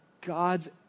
God's